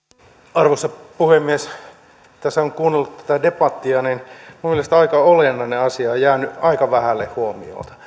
arvoisa puhemies kun tässä on kuunnellut tätä debattia niin minun mielestäni aika olennainen asia on jäänyt aika vähälle huomiolle